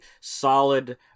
solid